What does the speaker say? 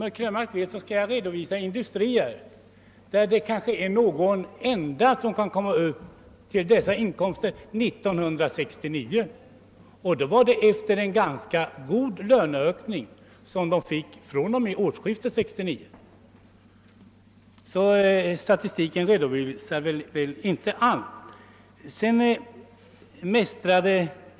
Om herr Krönmark vill, skall jag redovisa industrier där kanske bara någon enda arbetare kom upp till dessa inkomster år 1969 — och då fick industriarbetarna ändå en ganska god löneökning fr.o.m. årsskiftet 1968—1969. Statistiken redovisar med andra ord inte allt.